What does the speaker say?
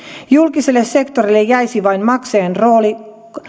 julkiselle sektorille jäisi vain maksajan rooli